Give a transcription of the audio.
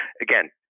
Again